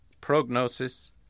prognosis